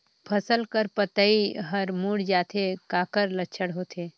फसल कर पतइ हर मुड़ जाथे काकर लक्षण होथे?